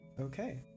Okay